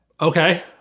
Okay